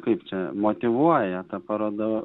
kaip čia motyvuoja ta paroda